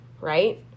right